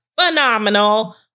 phenomenal